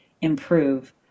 improve